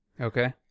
okay